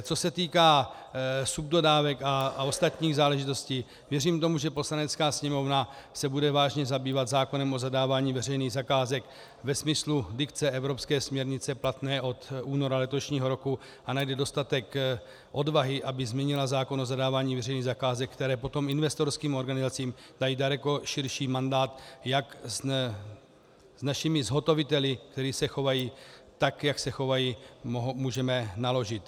Co se týká subdodávek a ostatních záležitostí, věřím tomu, že Poslanecká sněmovna se bude vážně zabývat zákonem o zadávání veřejných zakázek ve smyslu dikce evropské směrnice platné od února letošního roku a najde dostatek odvahy, aby změnila zákon o zadávání veřejných zakázek, které potom investorským organizacím dají daleko širší mandát, jak s našimi zhotoviteli, kteří se chovají tak, jak se chovají, můžeme naložit.